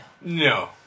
No